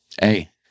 hey